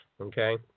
Okay